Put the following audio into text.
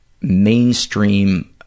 mainstream